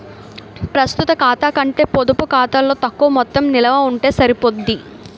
ప్రస్తుత ఖాతా కంటే పొడుపు ఖాతాలో తక్కువ మొత్తం నిలవ ఉంటే సరిపోద్ది